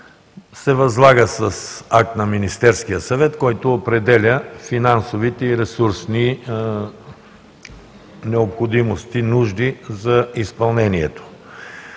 се възлага с акт на Министерския съвет, който определя финансовите и ресурсни необходимости, нужди за изпълнението.